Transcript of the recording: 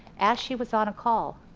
as she was on a call,